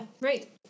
right